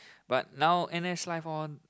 but now N_S life all